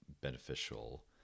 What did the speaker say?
beneficial